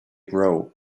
grow